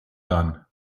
done